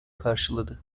karşıladı